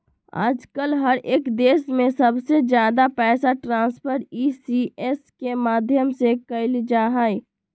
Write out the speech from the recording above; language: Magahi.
आजकल हर एक देश में सबसे ज्यादा पैसा ट्रान्स्फर ई.सी.एस के माध्यम से कइल जाहई